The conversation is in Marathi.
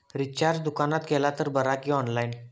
रिचार्ज दुकानात केला तर बरा की ऑनलाइन?